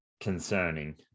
concerning